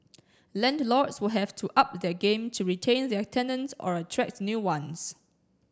landlords will have to up their game to retain their tenants or attract new ones